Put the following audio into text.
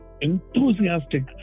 enthusiastic